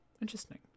interesting